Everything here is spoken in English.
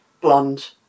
blonde